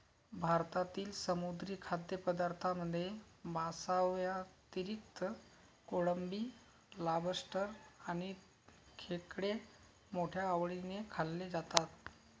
भारतातील समुद्री खाद्यपदार्थांमध्ये माशांव्यतिरिक्त कोळंबी, लॉबस्टर आणि खेकडे मोठ्या आवडीने खाल्ले जातात